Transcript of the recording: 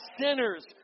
sinners